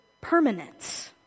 permanence